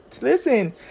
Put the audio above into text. Listen